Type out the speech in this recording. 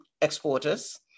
exporters